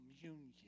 communion